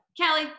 Kelly